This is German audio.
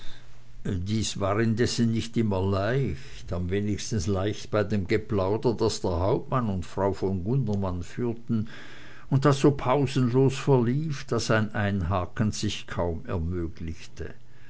dies war indessen nicht immer leicht am wenigsten leicht bei dem geplauder das der hauptmann und frau von gundermann führten und das so pausenlos verlief daß ein einhaken sich kaum ermöglichte